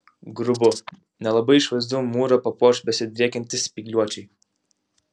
grubų nelabai išvaizdų mūrą papuoš besidriekiantys spygliuočiai